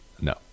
no